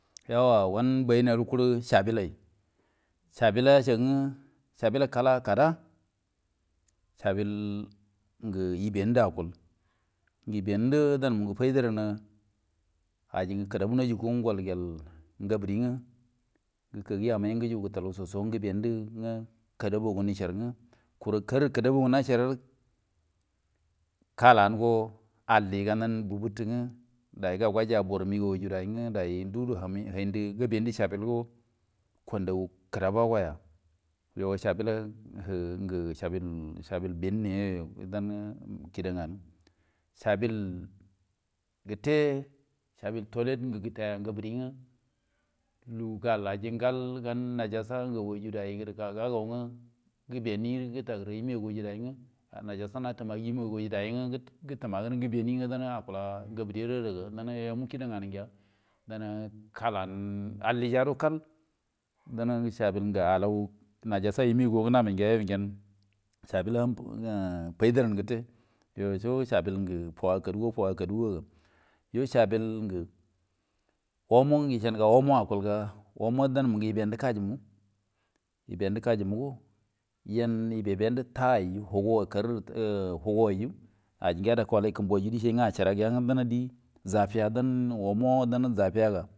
You wan bein ngrru kuru sabillai sabullo ayashi nge kala kada sabul nge ibindu akul nge ibandu dan mun gu fai daranna aji nge kodabu nachigu nge gol gir gabudi nge gikagi amai nge gajugu soso nge gubanwu nge kudabugu nuchai kuru gairi kullan ganli bubuttu nge dai gau gajaiya baru migau wairi dai nge alli ga nan dai gau gajai baru migau ridai dugur nanda gabandu sabul go kondagu kaliu ga yo sabul banni you dan ki da ne nu sabal gutia sabiltolit nge gutaiya nge budi nge gal gan nigasta gaguai ri dai yei garu nge gibiniri iwigai ro dai ayai nge nugesta natu magai gutumagan nge gibini dan na agula gabudi ri ada yo yo mukida ngenu gia dan kaln aliyara ku dan sabilgi alou nigista imigu ngena mai giya you nge sabulla fai daran guta you so sabulgi fau wa kaduga ka daduga oyo sabul nge isha nuga omo nge isha nuga omo akul ga omo dan nge ibandu kajoumu go ibindu tai hugairi aji nge ya dakau kumbuo du dishai acharya guya nge danna dizafiya dan.